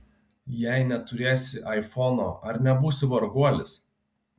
jei neturėsi aifono ar nebūsi varguolis